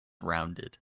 rounded